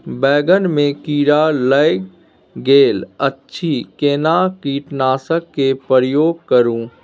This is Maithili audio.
बैंगन में कीरा लाईग गेल अछि केना कीटनासक के प्रयोग करू?